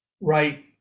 right